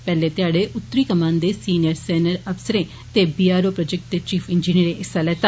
पेहले ध्याडे उतरी कमान दे सिनियर सैन्य अफसरे ते बी आर ओ प्रोजैक्टें दे चीफ इंजीनियरें हिस्सा लैता